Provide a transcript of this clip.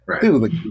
Dude